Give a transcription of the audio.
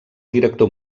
director